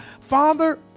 Father